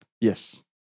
yes